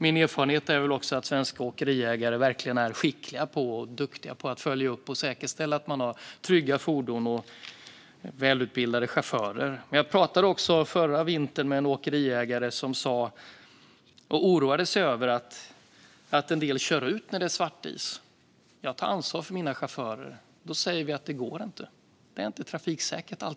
Min erfarenhet är att svenska åkeriägare verkligen är duktiga på att följa upp och säkerställa att de har trygga fordon och välutbildade chaufförer. Jag pratade förra vintern med en åkeriägare som oroade sig över att en del kör ut när det är svartis. Han sa: Jag tar ansvar för mina chaufförer och säger att det inte går, för det är inte alltid trafiksäkert.